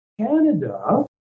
Canada